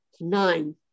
nine